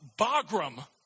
Bagram